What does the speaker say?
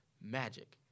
magic